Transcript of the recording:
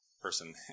person